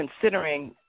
considering